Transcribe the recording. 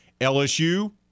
LSU